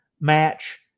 match